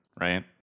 right